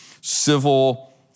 civil